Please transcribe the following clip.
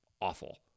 awful